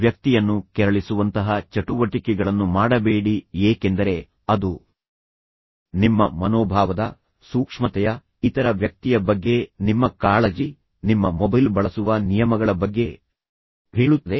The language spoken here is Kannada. ವ್ಯಕ್ತಿಯನ್ನು ಕೆರಳಿಸುವಂತಹ ಚಟುವಟಿಕೆಗಳನ್ನು ಮಾಡಬೇಡಿ ಏಕೆಂದರೆ ಅದು ನಿಮ್ಮ ಮನೋಭಾವದ ಸೂಕ್ಷ್ಮತೆಯ ಇತರ ವ್ಯಕ್ತಿಯ ಬಗ್ಗೆ ನಿಮ್ಮ ಕಾಳಜಿ ನಿಮ್ಮ ಮೊಬೈಲ್ ಬಳಸುವ ನಿಯಮಗಳ ಬಗ್ಗೆ ಹೇಳುತ್ತದೆ